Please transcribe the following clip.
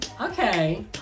Okay